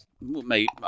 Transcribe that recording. Mate